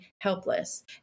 helpless